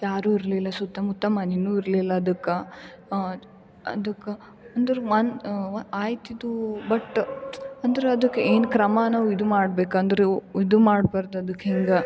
ಯಾರು ಇರಲಿಲ್ಲ ಸುತ್ತಮುತ್ತ ಮನೆನು ಇರಲಿಲ್ಲ ಅದಕ್ಕೆ ಅದಕ್ಕೆ ಅಂದರು ಒನ್ ವ ಆಯ್ತಿದು ಬಟ್ ಅಂದ್ರೆ ಅದಕ್ಕೆ ಏನು ಕ್ರಮ ನಾವು ಇದು ಮಾಡ್ಬೇಕಂದ್ರೆ ಒ ಇದು ಮಾಡ್ಬಾರ್ದು ಅದಕ್ಕೆ ಹಿಂಗೆ